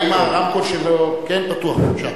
אדוני.